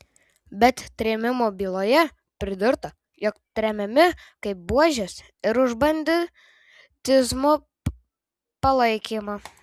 bet trėmimo byloje pridurta jog tremiami kaip buožės ir už banditizmo palaikymą